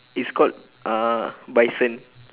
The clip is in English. it's called uh bison